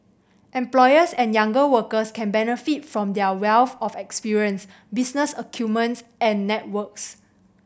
employers and younger workers can benefit from their wealth of experience business acumen and networks